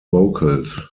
vocals